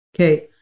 Okay